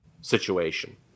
situation